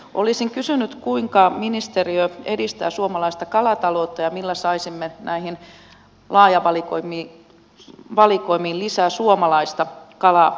olisin kysynyt kuinka ministeriö edistää suomalaista kalataloutta ja millä saisimme näihin valikoimiin lisää suomalaista kalatuotetta